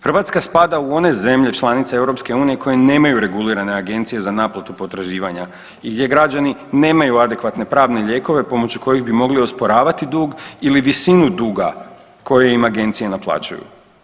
Hrvatska spada u one zemlje članice EU koje nemaju regulirane agencije za naplatu potraživanja i gdje građani nemaju adekvatne pravne lijekove pomoću kojih bi mogli osporavati dug ili visinu duga koje im agencije naplaćuju.